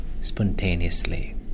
spontaneously